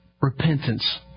Repentance